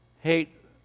hate